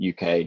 uk